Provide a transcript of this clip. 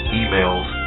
emails